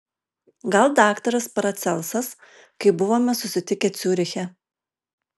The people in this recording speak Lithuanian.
gal daktaras paracelsas kai buvome susitikę ciuriche